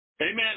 Amen